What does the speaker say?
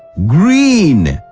green,